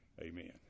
Amen